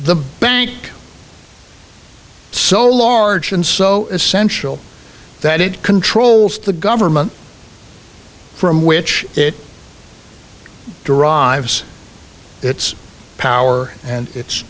the bank so large and so essential that it controls the government from which it derives its power and it